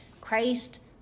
Christ